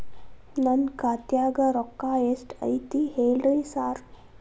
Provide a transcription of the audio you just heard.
ನನ್ ಖಾತ್ಯಾಗ ರೊಕ್ಕಾ ಎಷ್ಟ್ ಐತಿ ಹೇಳ್ರಿ ಸಾರ್?